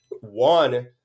One